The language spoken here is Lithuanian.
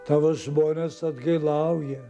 tavo žmonės atgailauja